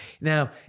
Now